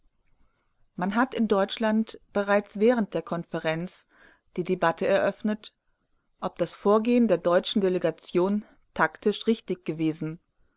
man hat in deutschland bereits während der konferenz die debatte eröffnet ob das vorgehen der deutschen delegation taktisch richtig gewesen